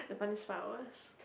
the funniest part was